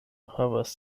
havas